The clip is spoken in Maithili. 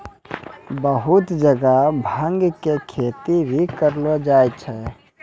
बहुत जगह भांग के खेती भी करलो जाय छै